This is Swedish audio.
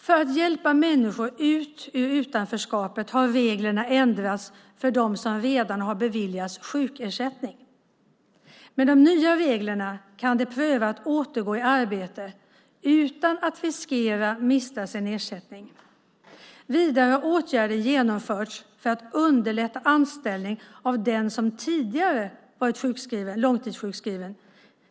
För att hjälpa människor ut ur utanförskapet har reglerna ändrats för dem som redan har beviljats sjukersättning. Med de nya reglerna kan de pröva att återgå i arbete utan att riskera att mista sin ersättning. Vidare har åtgärder genomförts för att underlätta anställning av den som tidigare varit långtidssjukskriven.